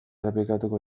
errepikatuko